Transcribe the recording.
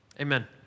Amen